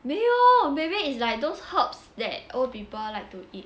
没有 maybe it's like those herbs that old people like to eat